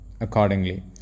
accordingly